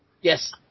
Yes